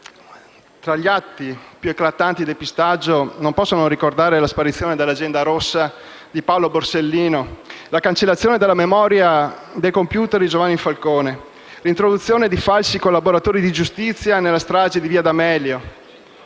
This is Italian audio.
Tra gli atti più eclatanti di depistaggio, non posso non ricordare la sparizione dell'agenda rossa di Paolo Borsellino, la cancellazione della memoria del *computer* di Giovanni Falcone, l'introduzione di falsi collaboratori di giustizia nella strage di Via d'Amelio,